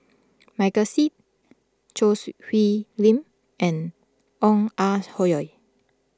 Michael Seet Choo Siew Hwee Lim and Ong Ah Hoi